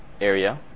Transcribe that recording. area